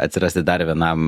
atsirasti dar vienam